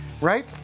right